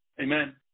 Amen